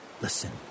Listen